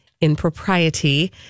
impropriety